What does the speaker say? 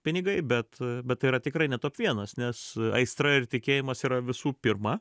pinigai bet bet tai yra tikrai ne top vienas nes aistra ir tikėjimas yra visų pirma